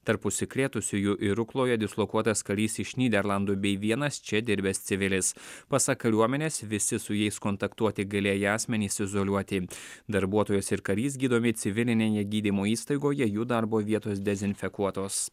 tarp užsikrėtusiųjų ir rukloje dislokuotas karys iš nyderlandų bei vienas čia dirbęs civilis pasak kariuomenės visi su jais kontaktuoti galėję asmenys izoliuoti darbuotojas ir karys gydomi civilinėje gydymo įstaigoje jų darbo vietos dezinfekuotos